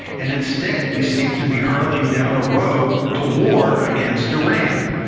and instead we seem to be hurtling down a road to war against iran.